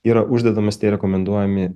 yra uždedamas tie rekomenduojami